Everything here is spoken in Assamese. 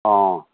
অঁ